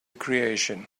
creation